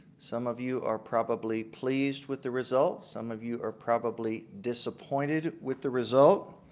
some of you are probably pleased with the results, some of you are probably disappointed with the result.